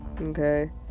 Okay